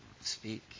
Speak